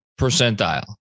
percentile